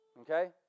Okay